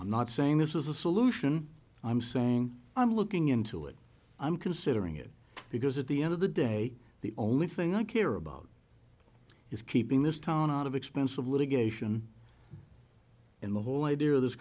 i'm not saying this is a solution i'm saying i'm looking into it i'm considering it because at the end of the day the only thing i care about is keeping this town out of expensive litigation in the whole idea of this